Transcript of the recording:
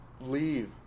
leave